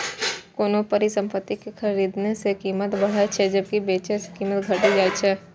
कोनो परिसंपत्ति कें खरीदने सं कीमत बढ़ै छै, जबकि बेचै सं कीमत घटि जाइ छै